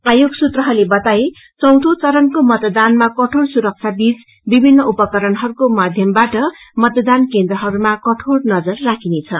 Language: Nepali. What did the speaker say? आयोग सूत्रहरूले बताए चौथो चरणको मतदानमा कठोर सुरक्षाबीच विभिन्न उपकहरणहरूके माध्यमबाट मतदान केन्द्रहरूमा कठोर नजर राखिनेछ